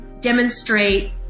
demonstrate